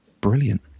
brilliant